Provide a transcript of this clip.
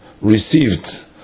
received